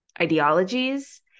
ideologies